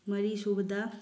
ꯃꯔꯤꯁꯨꯕꯗ